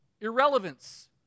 irrelevance